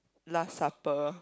last supper